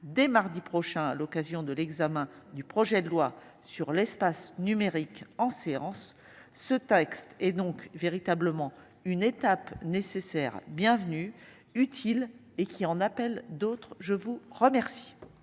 dès mardi prochain à l'occasion de l'examen du projet de loi sur l'espace numérique en séance. Ce texte est donc véritablement une étape nécessaire bienvenue utile et qui en appelle d'autres. Je vous remercie.